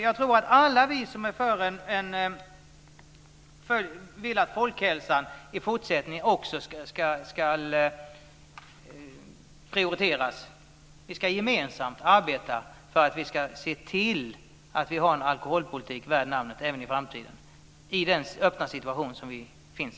Jag tror att alla vi som vill att folkhälsan också i fortsättningen ska prioriteras gemensamt ska arbeta för att se till att vi har en alkoholpolitik värd namnet även i framtiden i den öppna situation som vi har.